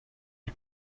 die